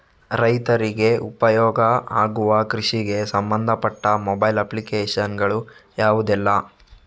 ರೈತರಿಗೆ ಉಪಯೋಗ ಆಗುವ ಕೃಷಿಗೆ ಸಂಬಂಧಪಟ್ಟ ಮೊಬೈಲ್ ಅಪ್ಲಿಕೇಶನ್ ಗಳು ಯಾವುದೆಲ್ಲ?